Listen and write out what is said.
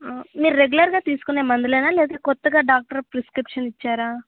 మీరు రెగ్యులర్గా తీసుకునే మందులేనా లేకపోతే కొత్తగా డాక్టర్ ప్రిస్క్రిప్షన్ ఇచ్చారా